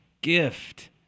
gift